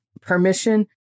permission